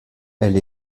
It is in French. elle